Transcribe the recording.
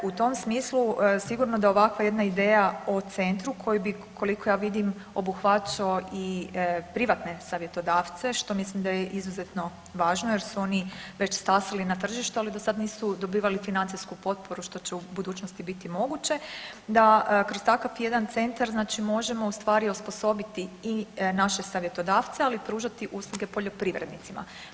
U tom smislu sigurno da ovakva jedna ideja o centru koji bi koliko ja vidim obuhvaćao i privatne savjetodavce što mislim da je izuzetno važno jer su oni već stasali na tržištu ali do sada nisu dobivali financijsku potporu što će u budućnosti biti moguće da kroz takav jedan centra možemo ustvari osposobiti i naše savjetodavce, ali i pružati usluge poljoprivrednicima.